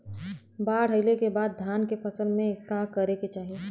बाढ़ आइले के बाद धान के फसल में का करे के चाही?